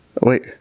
Wait